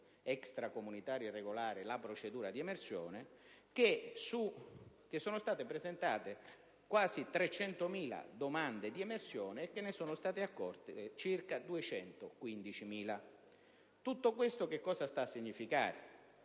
extracomunitari irregolari di accedere alla procedura di emersione - risulta che sono state presentate quasi 300.000 domande di emersione, e che ne sono state accolte circa 215.000. Tutto questo sta a significare